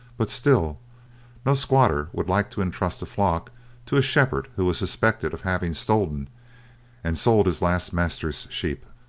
but still no squatter would like to entrust a flock to a shepherd who was suspected of having stolen and sold his last master's sheep.